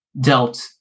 dealt